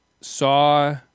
saw